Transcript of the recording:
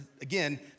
again